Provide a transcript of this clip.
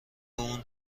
اون